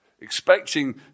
expecting